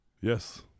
Yes